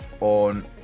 on